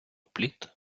пліт